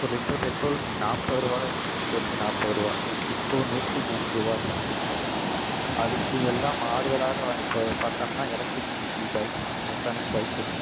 ஒரு litre petrol நாற்பதுரூவால எனக்கு தெரிஞ்சு நாற்பதுரூவா இப்போது நூற்றி மூன்றுவாரூ சம்திங் அதுக்கு எல்லாம் மாறுதலாக வா இப்போ பார்த்தம்னா எலக்ட்ரிக்சிட்டி பைக் எலெக்ட்ரானிக் பைக் இருக்குது